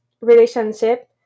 relationship